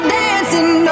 dancing